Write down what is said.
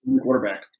quarterback